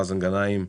מאזן גנאים,